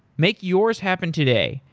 make yours happen today.